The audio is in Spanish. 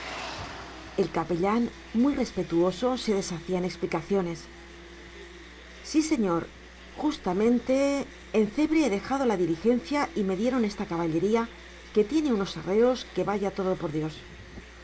el capellán muy respetuoso se deshacía en explicaciones sí señor justamente en cebre he dejado la diligencia y me dieron esta caballería que tiene unos arreos que vaya todo por dios el